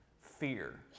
Fear